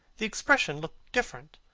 the expression looked different.